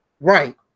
Right